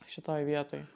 šitoj vietoj